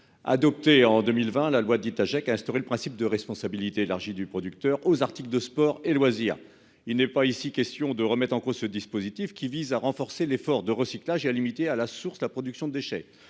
adoptée en 2020, la loi dit à Jacques à instaurer le principe de responsabilité élargie du producteur aux articles de sports et loisirs. Il n'est pas ici question de remettre en cause ce dispositif qui vise à renforcer l'effort de recyclage et à limiter à la source, la production de déchets.